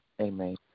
Amen